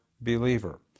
Believer